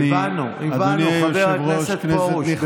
הבנו, הבנו, חבר הכנסת פרוש.